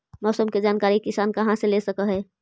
मौसम के जानकारी किसान कहा से ले सकै है?